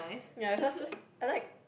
ya because I like